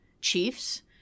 chiefs